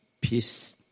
peace